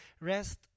rest